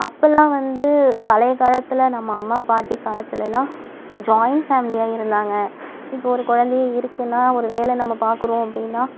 அப்போலாம் வந்து பழைய காலத்தில் நம்ம அம்மா பாட்டி காலத்துலல்லாம் ஜாயிண்ட் ஃபேமிலியாக இருந்தாங்க இப்போ ஒரு குழந்தையே இருக்குன்னா ஒரு வேலை நம்ம பார்க்குறோம் அப்படீன்னா